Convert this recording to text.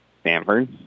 Stanford